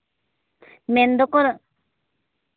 ᱢᱮᱱ ᱫᱚᱠᱚ